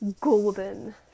golden